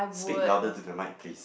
speak louder to the mic please